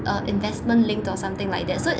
uh investment linked or something like that so